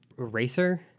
Eraser